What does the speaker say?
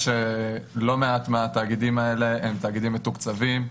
שלא מעט מהתאגידים האלה הם תאגידים מתוקצבים.